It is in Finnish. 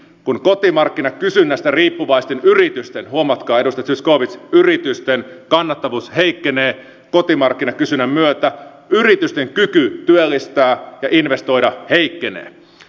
kun kotimarkkinakysynnästä riippuvaisten yritysten huomatkaa edustaja zyskowicz yritysten kannattavuus heikkenee kotimarkkinakysynnän myötä yritysten kyky työllistää ja investoida heikkenee